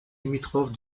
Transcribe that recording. limitrophe